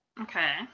Okay